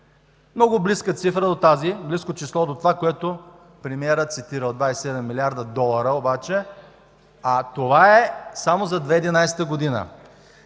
Много близка цифра до тази, близко число до това, което премиерът цитира, от 27 млрд. долара обаче, а това е само за 2011 г.